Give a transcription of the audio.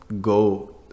go